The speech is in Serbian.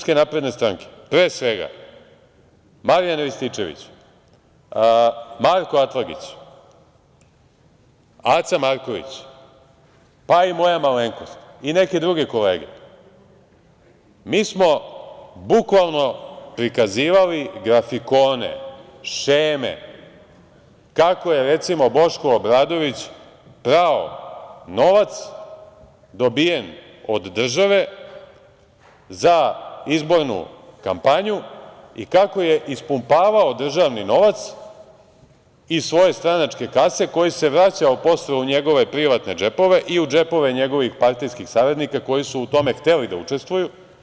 U tom mandatu poslanici SNS, pre svega Marijan Rističević, Marko Atlagić, Aca Marković, pa i moja malenkost i neke druge kolege, mi smo bukvalno prikazivali grafikone, šeme kako je, recimo, Boško Obradović prao novac dobijen od države za izbornu kampanju i kako je ispumpavao državni novac iz svoje stranačke kase, koji se vraćao posle u njegove privatne džepove i u džepove njegovih partijskih saradnika, koji su u tome hteli da učestvuju.